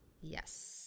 Yes